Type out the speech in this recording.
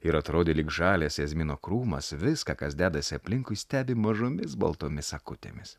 ir atrodė lyg žalias jazmino krūmas viską kas dedasi aplinkui stebi mažomis baltomis akutėmis